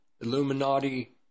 Illuminati